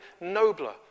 nobler